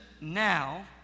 now